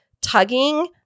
tugging